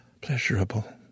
pleasurable